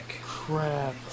Crap